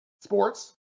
sports